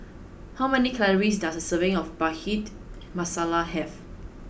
how many calories does a serving of Bhindi Masala have